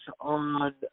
on